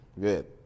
Good